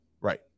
Right